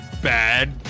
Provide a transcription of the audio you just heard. Bad